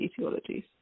etiologies